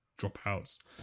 dropouts